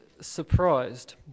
surprised